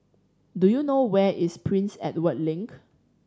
do you know where is Prince Edward Link